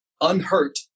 unhurt